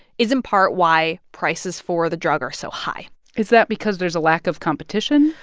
is in part why prices for the drug are so high is that because there's a lack of competition?